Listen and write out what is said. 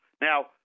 Now